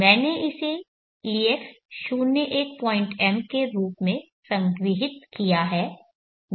मैंने इसे ex01m के रूप में संग्रहीत किया है